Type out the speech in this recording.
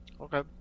okay